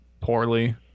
poorly